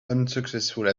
unsuccessful